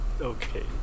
Okay